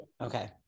Okay